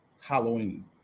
Halloween